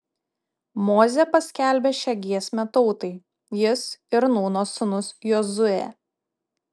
mozė paskelbė šią giesmę tautai jis ir nūno sūnus jozuė